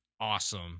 awesome